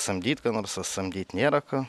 samdyt ką nors a samdyt nėra ką